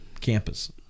campus